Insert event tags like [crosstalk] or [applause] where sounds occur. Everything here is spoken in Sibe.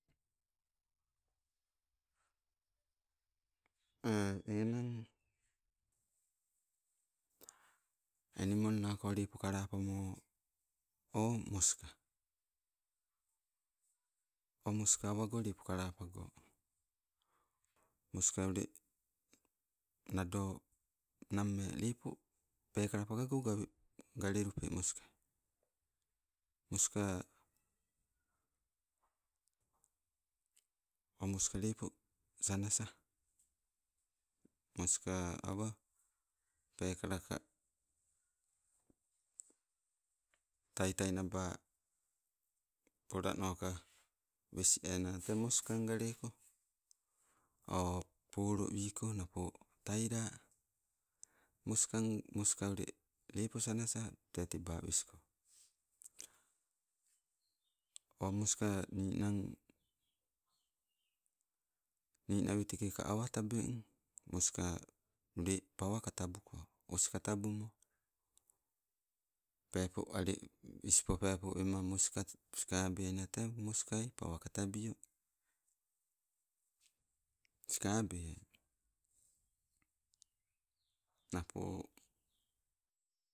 [unintelligible] enang enimol nako lepo kalapamo o moska. O moska awego lepo kalapago, moska ule nado, nammee lepo peekala pawago sawen, gale lupe maskai. Moska o, moska lepo sanasa, moska awa pekalaka, tatai naba polanoka wes ena tee moskanga leko o polo wiko napo taila moskong moska ule, lepo sanasa, te teba wesko. O moska, ninang ninawetekeka awa tabeng, moska ule pawa katabuko, oskatabumo. Peepo ale ispo pepo wema moska, skabe ainan tee moskai, pawa katabio, sikabeai, napo